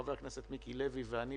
חבר הכנסת מיקי ואני,